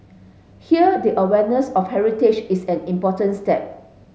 here the awareness of heritage is an important step